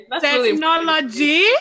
Technology